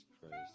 Christ